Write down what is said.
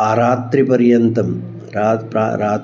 आरात्रिपर्यन्तं रा